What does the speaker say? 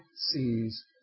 sees